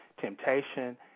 temptation